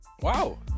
wow